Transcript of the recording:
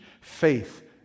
faith